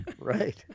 right